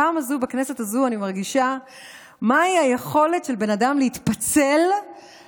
בפעם הזו בכנסת הזאת אני מרגישה מהי היכולת של בן אדם להתפצל לארבעה,